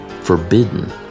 forbidden